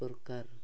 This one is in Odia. ଯଥା